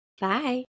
Bye